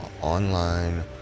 online